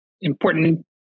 important